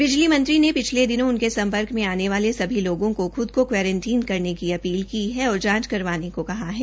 बिजली मंत्री ने पिछले दिनों उनके संपर्क में आने वाले सभी लोगों को खुल को क्वारंटीन करने की अपील की है और जांच करवाने को कहा है